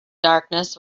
darkness